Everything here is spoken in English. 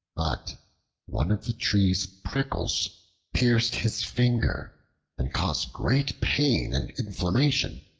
but one of the tree's prickles pierced his finger and caused great pain and inflammation,